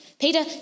Peter